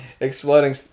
Exploding